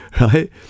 right